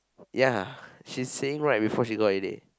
ya she's staying right before she go holiday